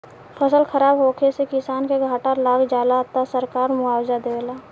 फसल खराब होखे से किसान के घाटा लाग जाला त सरकार मुआबजा देवेला